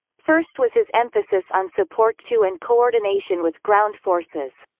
first was his emphasis on support to and co-ordination with ground forces.